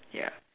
ya